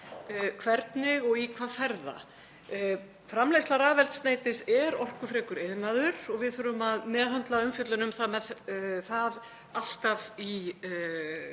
hvernig og í hvað fer það? Framleiðsla rafeldsneytis er orkufrekur iðnaður og við þurfum að meðhöndla umfjöllun um það með